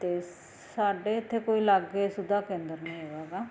ਅਤੇ ਸਾਡੇ ਇੱਥੇ ਕੋਈ ਲਾਗੇ ਸੁਵਿਧਾ ਕੇਂਦਰ ਨਹੀਂ ਹੈਗਾ ਹੈਗਾ